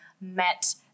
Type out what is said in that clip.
met